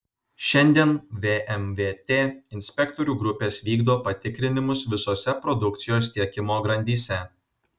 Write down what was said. šiandien vmvt inspektorių grupės vykdo patikrinimus visose produkcijos tiekimo grandyse